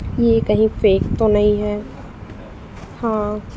ये कहीं फेक तो नहीं है हाँ